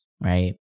right